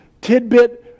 tidbit